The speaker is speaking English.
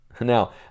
Now